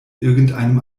irgendeinem